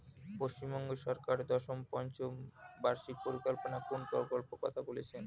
পশ্চিমবঙ্গ সরকার দশম পঞ্চ বার্ষিক পরিকল্পনা কোন প্রকল্প কথা বলেছেন?